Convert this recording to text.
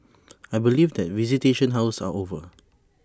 I believe that visitation hours are over